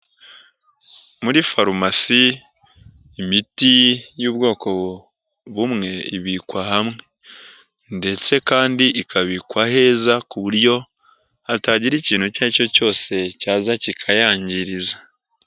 Muri farumasi imiti y'ubwoko bumwe ibikwa hamwe, ndetse kandi ikabikwa aheza ku buryo hatagira ikintu icyo ari cyo cyose cyaza kikayangiriza.